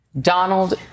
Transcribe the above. Donald